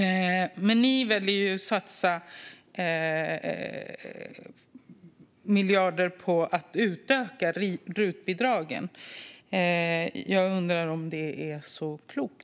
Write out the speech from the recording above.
Men ni väljer att satsa miljarder på att utöka rutbidragen. Jag undrar om det är så klokt.